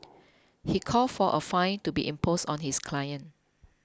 he called for a fine to be imposed on his client